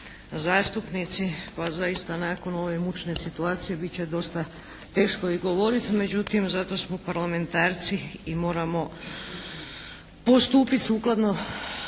zastupnici. Pa zaista nakon ove mučne situacije bit će dosta teško i govoriti, međutim zato smo parlamentarci i moramo postupiti sukladno